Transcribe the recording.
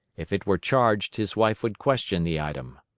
if it were charged, his wife would question the item.